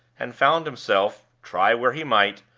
and found himself, try where he might,